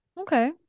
Okay